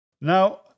Now